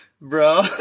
bro